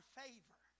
favor